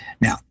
now